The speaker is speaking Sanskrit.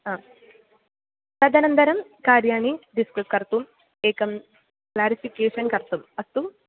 आं तदनन्तरं कार्याणि डिस्क्रिप् कर्तुम् एकं क्लेरिफ़िकेशन् कर्तुम् अस्तु